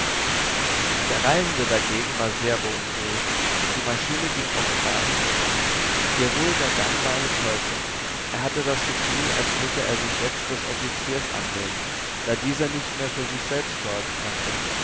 der reisende dagegen war sehr beunruhigt die maschine ging offenbar in trümmer ihr ruhiger gang war eine täuschung er hatte das gefühl als müsse er sich jetzt des offiziers annehmen da dieser nicht mehr für sich selbst sorgen konnte